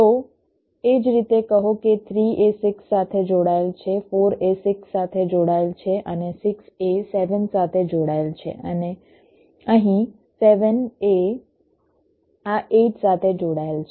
તો એ જ રીતે કહો કે 3 એ 6 સાથે જોડાયેલ છે 4 એ 6 સાથે જોડાયેલ છે અને 6 એ 7 સાથે જોડાયેલ છે અને અહીં 7 એ આ 8 સાથે જોડાયેલ છે